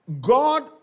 God